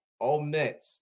omit